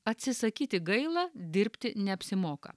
atsisakyti gaila dirbti neapsimoka